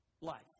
life